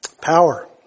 Power